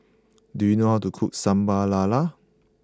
do you know how to cook Sambal Lala